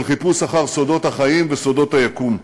של חיפוש אחר סודות החיים וסודות היקום.